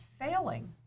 failing